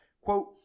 quote